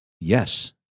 yes